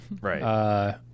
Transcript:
Right